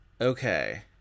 okay